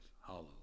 hollow